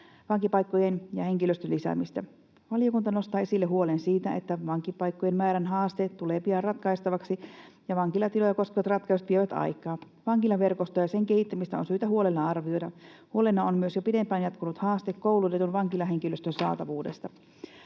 vankipaikkojen ja henkilöstön lisäämistä. Valiokunta nostaa esille huolen siitä, että vankipaikkojen määrän haasteet tulevat pian ratkaistavaksi ja vankilatiloja koskevat ratkaisut vievät aikaa. Vankilaverkostoa ja sen kehittämistä on syytä huolella arvioida. Huolena on myös jo pidempään jatkunut haaste koulutetun vankilahenkilöstön saatavuudesta.